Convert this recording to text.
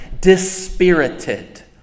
dispirited